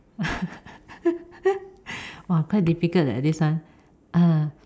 !wah! difficult leh this one ah